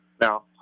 Now